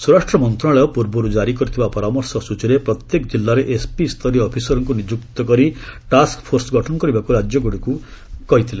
ସ୍ୱରାଷ୍ଟ୍ର ମନ୍ତ୍ରଣାଳୟ ପୂର୍ବରୁ ଜାରି କରିଥିବା ପରାମର୍ଶ ସୂଚୀରେ ପ୍ରତ୍ୟେକ ଜିଲ୍ଲାରେ ଏସ୍ପିସ୍ତରୀୟ ଅଫିସରଙ୍କୁ ନିଯୁକ୍ତ କରି ଟାସ୍କ ଫୋର୍ସ ଗଠନ କରିବାକୁ ରାଜ୍ୟଗୁଡ଼ିକୁ କହିଥିଲେ